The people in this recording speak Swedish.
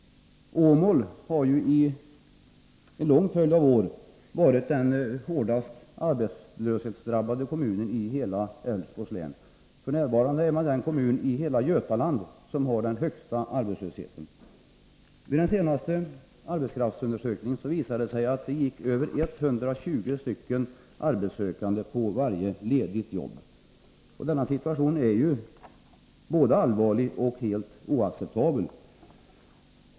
Åmål har under en lång följd av år varit den hårdast arbetslöshetsdrabbade kommunen i hela Älvsborgs län. F. n. är kommunen den som i hela Götaland har den högsta arbetslösheten. Vid den senaste arbetskraftsundersökningen visade det sig att det gick över 120 arbetssökande på varje ledigt jobb. Denna situation är allvarlig och helt oacceptabel.